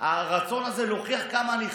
הרצון הזה להוכיח כמה אני חזק?